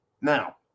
now